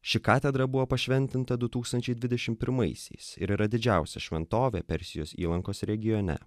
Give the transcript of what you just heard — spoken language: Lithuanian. ši katedra buvo pašventinta du tūkstančiai dvidešimt pirmaisiais ir yra didžiausia šventovė persijos įlankos regione